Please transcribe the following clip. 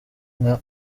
nka